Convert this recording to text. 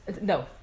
No